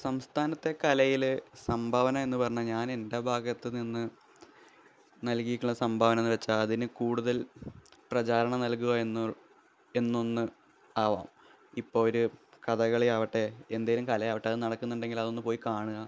സംസ്ഥാനത്തെ കലയിൽ സംഭാവനയെന്നു പറഞ്ഞാൽ ഞാനെന്റെ ഭാഗത്തു നിന്ന് നല്കിയിട്ടുള്ള സംഭാവനയെന്നു വെച്ചാൽ അതിനു കൂടുതല് പ്രചാരണം നല്കുകയെന്നൊ എന്നൊന്ന് ആകാം ഇപ്പം ഒരു കഥകളിയാകട്ടെ എന്തെങ്കിലും കലയാകട്ടെ അതു നടക്കുന്നുണ്ടെങ്കില് അതൊന്നു പോയി കാണുക